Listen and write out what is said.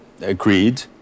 agreed